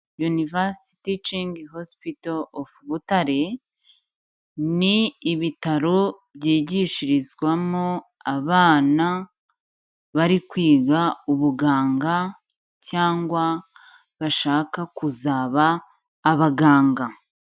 University teaching hospital of Butare. Ni ibitaro byigishirizwamo abana bari kwiga ubuganga cyangwa bashaka kuzaba abaganga.